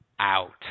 out